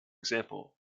example